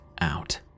out